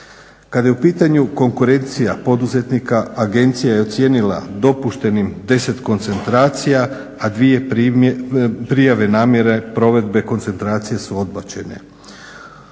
Kad je u pitanju konkurencija poduzetnika agencija je ocijenila dopuštenim 10 koncentracija, a 2 prijave namjere provedbe koncentracije su odbačene.